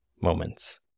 moments